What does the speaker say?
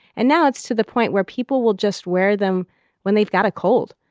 and now it's to the point where people will just wear them when they've got a cold.